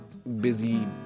busy